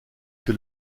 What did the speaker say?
que